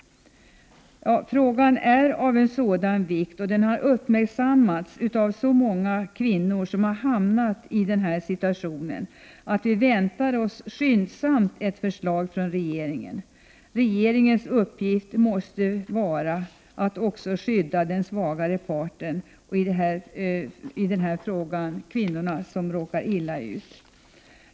Frågan är av sådan vikt och har uppmärksammats av så många kvinnor som har hamnat i den här situationen att vi väntar oss ett förslag från regeringen med det snaraste. Regeringens uppgift måste vara att skydda också den svagare parten, och i den här frågan är det kvinnorna som råkar illa ut.